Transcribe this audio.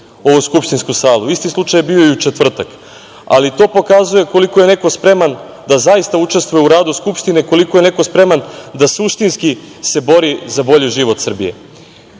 ovu skupštinsku salu. Isti slučaj je bio i u četvrtak. To pokazuje koliko je neko spreman da zaista učestvuje u radu Skupštine, koliko je spreman da suštinski se bori za bolji život Srbije. Moje